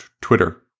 Twitter